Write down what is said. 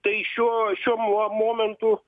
tai šiuo šiuo mo momentu